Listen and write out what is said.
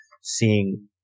seeing